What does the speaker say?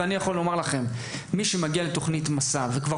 אני יכול לומר שמי שמגיע לתוכנית מסע וכבר